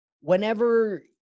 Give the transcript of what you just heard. whenever